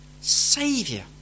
saviour